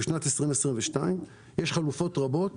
בשנת 2022 יש חלופות רבות